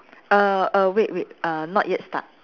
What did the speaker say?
err err wait wait err not yet start